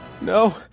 No